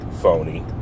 phony